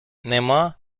нема